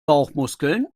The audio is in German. bauchmuskeln